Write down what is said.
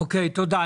אוקיי, תודה.